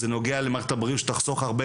זה נוגע למערכת הבריאות שתחסוך הרבה